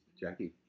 Jackie